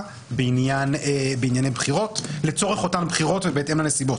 בענייני בחירות לצורך אותן בחירות ובהתאם לנסיבות.